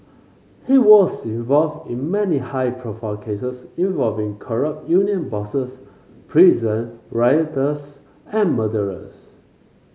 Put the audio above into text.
he was involved in many high profile cases involving corrupt union bosses prison rioters and murderers